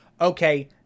okay